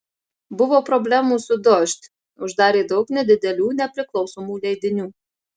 buvo problemų su dožd uždarė daug nedidelių nepriklausomų leidinių